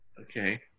Okay